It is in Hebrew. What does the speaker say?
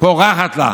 פורחת לה,